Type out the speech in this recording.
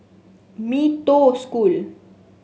Mee Toh School